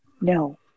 No